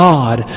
God